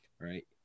Right